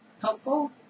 helpful